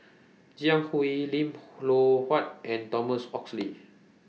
Jiang Hu Lim Loh Huat and Thomas Oxley